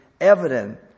Evident